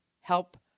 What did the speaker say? Help